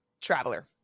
traveler